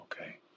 Okay